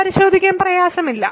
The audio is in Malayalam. പരിശോധിക്കാൻ പ്രയാസമില്ല